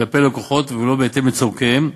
כלפי לקוחות ולא בהתאם לצורכיהם,